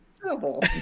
terrible